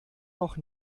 noch